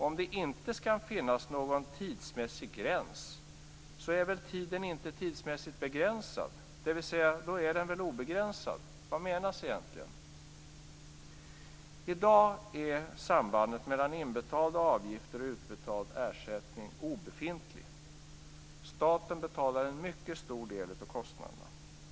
Om det inte skall finnas någon tidsmässig gräns är väl tiden inte tidsmässigt begränsad, dvs. då är den väl obegränsad? Vad menas egentligen? I dag är sambandet mellan inbetalda avgifter och utbetald ersättning obefintlig. Staten betalar en mycket stor del av kostnaderna.